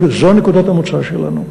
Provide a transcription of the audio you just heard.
זו נקודת המוצא שלנו.